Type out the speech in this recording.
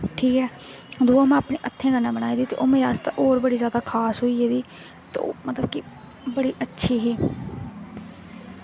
ठीक ऐ दूआ में अपने हत्थें कन्नै बनाई दी ते ओह् मेरे आस्तै होर खास होई गेदी ते मतलब कि बड़ी अच्छी ही